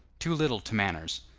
too little to manners.